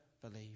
believe